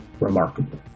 remarkable